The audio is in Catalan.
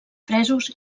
presos